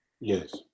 Yes